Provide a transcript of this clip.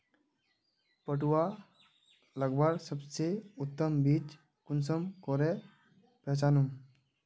पटुआ लगवार सबसे उत्तम बीज कुंसम करे पहचानूम?